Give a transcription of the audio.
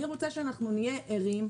אני רוצה שנהיה ערים,